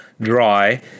dry